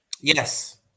Yes